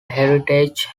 heritage